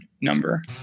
number